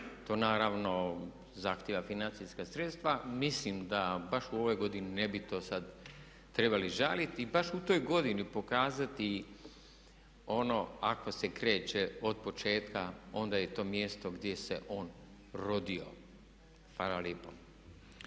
to naravno zahtijeva financijska sredstva. Mislim da baš u ovoj godini ne bi to sad trebali žaliti. I baš u toj godini pokazati ono ako se kreće od početka onda je to mjesto gdje se on rodio. Hvala lipo.